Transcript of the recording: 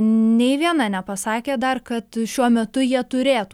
nei viena nepasakė dar kad šiuo metu jie turėtų